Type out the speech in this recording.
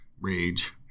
rage